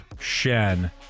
Shen